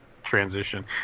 transition